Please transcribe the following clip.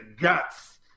guts